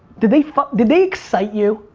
did they did they excite you?